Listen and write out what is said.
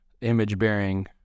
image-bearing